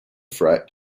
threat